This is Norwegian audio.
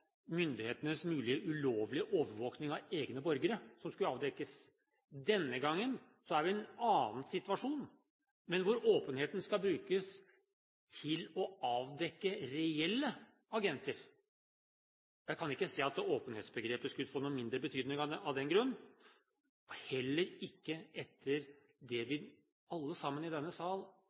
myndighetenes mulige ulovlige overvåkning av egne borgere. Denne gangen er vi i en annen situasjon, hvor åpenheten skal brukes til å avdekke reelle agenter. Jeg kan ikke se at åpenhetsbegrepet skulle få noen mindre betydning av den grunn, heller ikke etter det vi alle sammen i denne sal